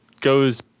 goes